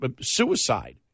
suicide